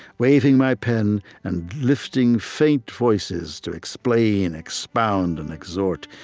waving my pen and lifting faint voices to explain, expound, and exhort,